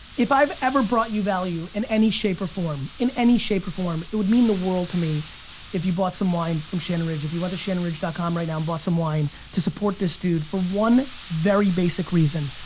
if i've ever brought you value in any shape or form, in any shape or form, it would mean the world to me if you bought some wine from shannon ridge, if you went to shannonridge dot com right now and bought some wine to support this dude for one very basic reason.